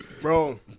Bro